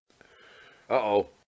Uh-oh